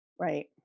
Right